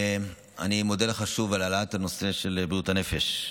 אני מודה לך שוב על העלאת הנושא של בריאות הנפש.